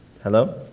Hello